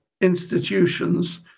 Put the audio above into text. institutions